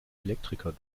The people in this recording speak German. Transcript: elektriker